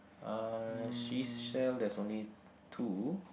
uh seashell there's only two